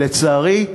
לצערי,